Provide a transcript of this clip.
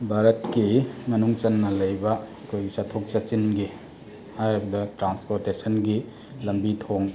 ꯚꯥꯔꯠꯀꯤ ꯃꯅꯨꯡ ꯆꯟꯅ ꯂꯩꯕ ꯑꯩꯈꯣꯏꯒꯤ ꯆꯠꯊꯣꯛ ꯆꯠꯁꯤꯟꯒꯤ ꯍꯥꯏꯔꯤꯕ ꯇ꯭ꯔꯥꯟꯁꯄꯣꯔꯠꯇꯦꯁꯟꯒꯤ ꯂꯝꯕꯤ ꯊꯣꯡ